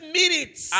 minutes